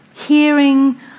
hearing